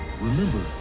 Remember